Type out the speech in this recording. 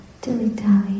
dilly-dally